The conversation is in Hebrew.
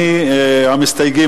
המסתייגים,